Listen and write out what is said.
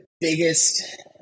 biggest